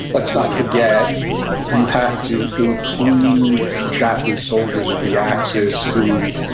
let's not forget you have to include japanese soldiers of the axis who,